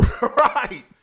Right